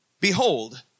Behold